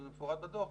וזה מפורט בדוח,